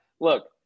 look-